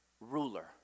ruler